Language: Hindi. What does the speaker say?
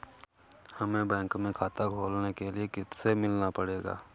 हमे बैंक में खाता खोलने के लिए किससे मिलना पड़ेगा?